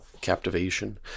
Captivation